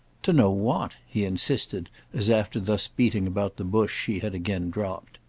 to know what? he insisted as after thus beating about the bush she had again dropped.